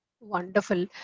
Wonderful